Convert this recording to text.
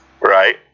Right